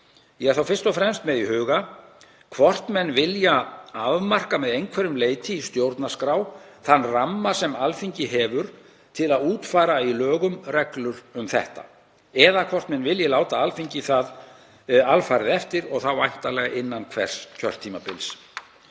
Ég er þá fyrst og fremst með í huga hvort menn vilja afmarka að einhverju leyti í stjórnarskrá þann ramma sem Alþingi hefur til að útfæra í lögum reglur um þetta eða hvort menn vilji láta Alþingi það alfarið eftir og þá væntanlega innan hvers kjörtímabils.